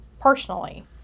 personally